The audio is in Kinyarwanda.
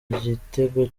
igitego